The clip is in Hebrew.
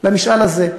במשאל הזה.